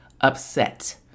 upset